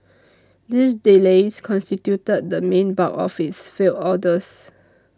these delays constituted the main bulk of its failed orders